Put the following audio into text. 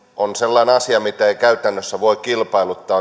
on sellainen asia jota ei käytännössä voi kilpailuttaa